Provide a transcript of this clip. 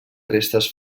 restes